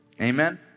Amen